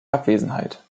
abwesenheit